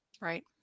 Right